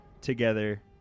together